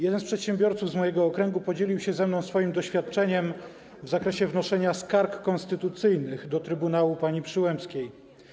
Jeden z przedsiębiorców z mojego okręgu podzielił się ze mną swoim doświadczeniem w zakresie wnoszenia skarg konstytucyjnych do trybunału pani Przyłębskiej.